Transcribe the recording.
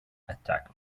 attack